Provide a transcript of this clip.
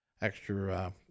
extra